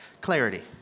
Clarity